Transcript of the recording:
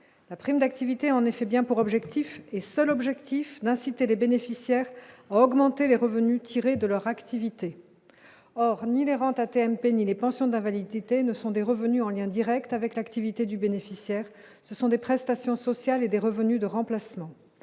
la prime d'activité en effet bien pour objectif et seul objectif d'inciter les bénéficiaires augmenter les revenus tirés de leur activité, or ni les rentes AT-MP ni les pensions d'invalidité ne sont des revenus en lien Direct avec l'activité du bénéficiaire, ce sont des prestations sociales et des revenus de remplacement,